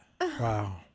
Wow